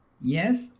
yes